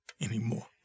anymore